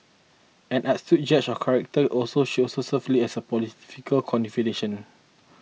an astute judge of character also she also served as Lee's political confidante